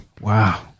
Wow